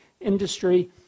industry